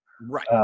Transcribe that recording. Right